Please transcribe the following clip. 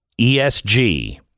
ESG